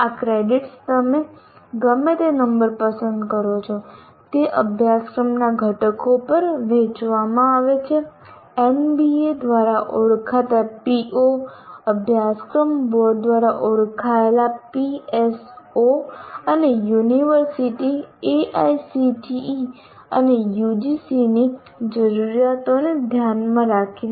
આ ક્રેડિટ્સ તમે ગમે તે નંબર પસંદ કરો છો તે અભ્યાસક્રમના ઘટકો પર વહેંચવામાં આવે છે એનબીએ દ્વારા ઓળખાતા પીઓ અભ્યાસ બોર્ડ દ્વારા ઓળખાયેલા પીએસઓ અને યુનિવર્સિટી એઆઈસીટીઈ અને યુજીસીની જરૂરિયાતોને ધ્યાનમાં રાખીને